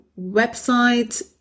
website